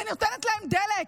אם אני נותנת להם דלק?